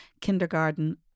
kindergarten